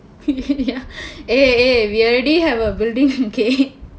ya eh eh we already have a building okay